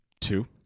Two